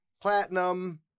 platinum